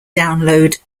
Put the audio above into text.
download